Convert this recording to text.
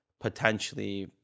potentially